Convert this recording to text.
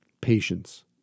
patience